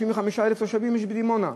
35,000 תושבים יש בדימונה.